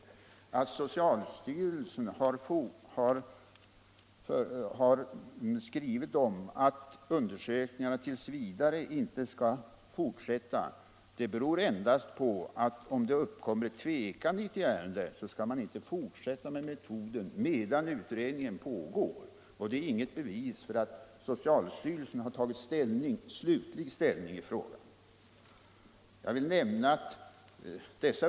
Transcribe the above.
Anledningen till att socialstyrelsen har skrivit att undersökningarna t. v. inte skall fortsätta är endast att om tvekan uppkommer beträffande en metod skall man inte fortsätta med den medan utredning pågår. Socialstyrelsens brev är sålunda inget bevis på att socialstyrelsen har tagit slutlig ställning i frågan.